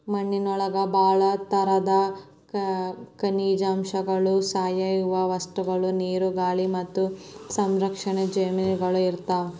ಮಣ್ಣಿನೊಳಗ ಬಾಳ ತರದ ಖನಿಜಾಂಶಗಳು, ಸಾವಯವ ವಸ್ತುಗಳು, ನೇರು, ಗಾಳಿ ಮತ್ತ ಸೂಕ್ಷ್ಮ ಜೇವಿಗಳು ಇರ್ತಾವ